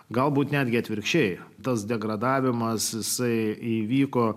galbūt netgi atvirkščiai tas degradavimas jisai įvyko